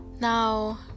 Now